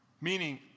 Meaning